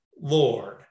Lord